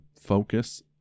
focus